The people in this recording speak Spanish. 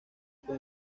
fue